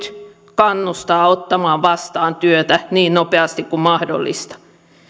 kannustaa ottamaan vastaan työtä niin nopeasti kuin mahdollista